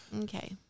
Okay